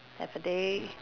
have a day